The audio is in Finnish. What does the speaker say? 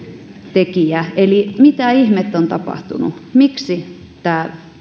tekijä eli mitä ihmettä on tapahtunut miksi tämä